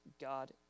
God